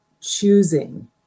choosing